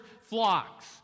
flocks